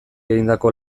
egindako